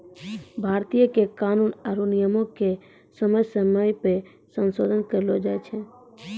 भारतीय कर कानून आरु नियमो के समय समय पे संसोधन करलो जाय छै